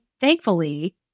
thankfully